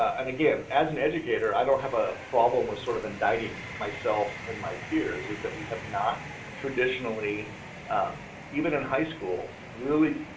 and again, as an educator i don't have a problem with sort of enditing myself and my peers is that we have not traditionally even in high school really